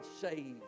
saved